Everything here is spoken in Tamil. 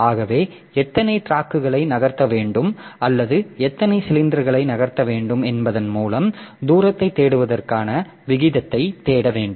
ஆகவே எத்தனை டிராக்குகளை நகர்த்த வேண்டும் அல்லது எத்தனை சிலிண்டர்களை நகர்த்த வேண்டும் என்பதன் மூலம் தூரத்தைத் தேடுவதற்கான விகிதத்தை தேட வேண்டும்